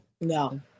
No